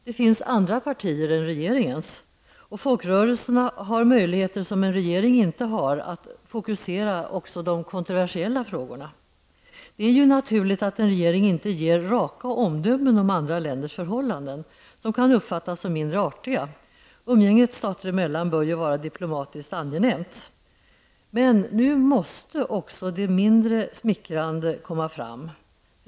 Det finns ju andra partier än det som regeringen tillhör, och folkrörelserna har möjligheter som en regering inte har när det gäller att fokusera också de kontroversiella frågorna. Det är naturligt att en regering inte ger raka omdömen om andra länders förhållanden som kan uppfattas som mindre artiga. Umgänget stater emellan bör ju vara diplomatiskt angenämt. Men nu måste också det som är mindre smickrande komma fram.